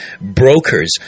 brokers